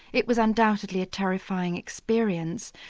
it was undoubtedly a terrifying experience.